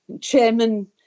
Chairman